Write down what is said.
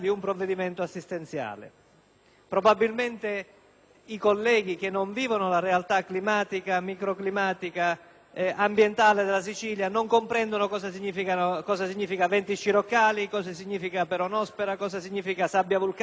Probabilmente, i colleghi che non vivono la realtà climatica, microclimatica, ambientale della Sicilia non comprendono cosa significhino venti sciroccali, peronospora, sabbia vulcanica, cosa significhino